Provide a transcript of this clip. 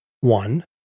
One